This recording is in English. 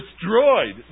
destroyed